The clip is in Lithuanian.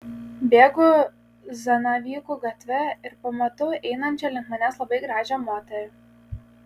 bėgu zanavykų gatve ir pamatau einančią link manęs labai gražią moterį